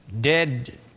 Dead